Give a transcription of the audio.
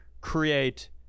create